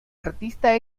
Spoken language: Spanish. artista